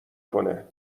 کنه